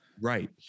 Right